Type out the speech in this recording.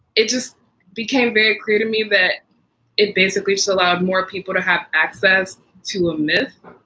it just became very clear to me that it basically so allowed more people to have access to a myth.